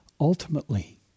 ultimately